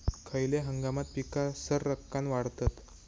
खयल्या हंगामात पीका सरक्कान वाढतत?